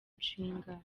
nshinga